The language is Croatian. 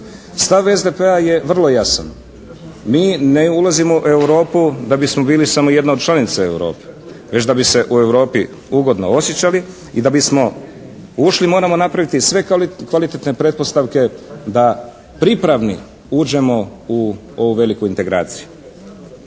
Stav SDP-a je vrlo jasan. Mi ne ulazimo u Europu da bismo bili samo jedna od članica Europe već da bi se u Europi ugodno osjećali i da bismo ušli moramo napraviti sve kvalitetne pretpostavke da pripravni uđemo u ovu veliku integraciju.